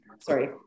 Sorry